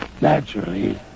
naturally